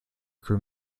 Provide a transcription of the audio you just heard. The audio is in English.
crew